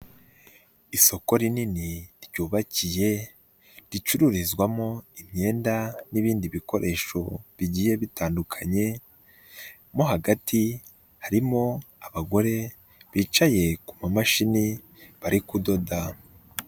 Isoko rinini ryubakiye ricururizwamo imyenda n'ibindi bikoresho bigiye bitandukanye mo hagati harimo abagore bicaye ku mamashini bari kudoda.